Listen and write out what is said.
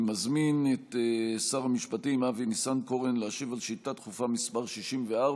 אני מזמין את שר המשפטים אבי ניסנקורן להשיב על שאילתה דחופה מס' 64,